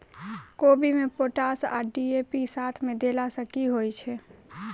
कोबी मे पोटाश आ डी.ए.पी साथ मे देला सऽ की होइ छै?